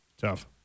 Tough